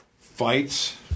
fights